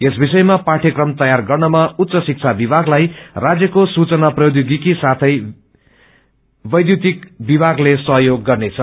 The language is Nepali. यस विषयमा पाठयक्रम तैयार गर्नमा उच्च श्रिक्षा विभागलाई राजयको सूचना प्रौध्योगिकी साथै वैध्यतिक विभागले सहयोग गर्नेछ